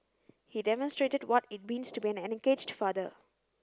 he demonstrated what it means to be an engaged father